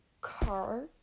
car